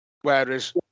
Whereas